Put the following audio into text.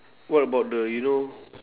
what about the you know